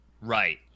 Right